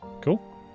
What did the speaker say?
Cool